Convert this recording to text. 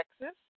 Texas